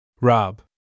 Rob